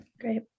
Great